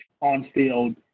on-field